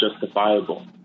justifiable